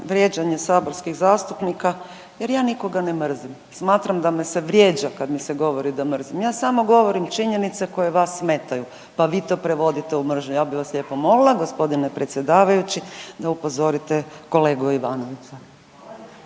vrijeđanje saborskih zastupnika jer ja nikoga ne mrzim, smatram da me se vrijeđa kad mi se govori da mrzim. Ja samo govorim činjenice koje vas smetaju pa vi to prevodite u mržnju. Ja bih vas lijepo molila gospodine predsjedavajući da upozorite kolegu Ivanovića.